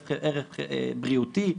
ערך בריאותי,